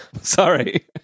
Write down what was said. Sorry